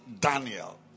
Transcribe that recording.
Daniel